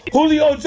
Julio